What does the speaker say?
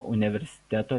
universiteto